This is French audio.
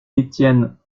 étienne